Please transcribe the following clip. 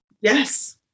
Yes